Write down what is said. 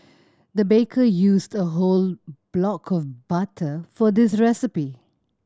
the baker used a whole block of butter for this recipe